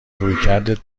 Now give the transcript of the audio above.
رویکردت